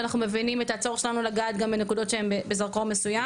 ואנחנו מבינים את הצורף שלנו לגעת גם בנקודות שהן בזרקור מסוים.